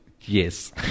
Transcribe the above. Yes